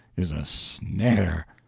is a snare.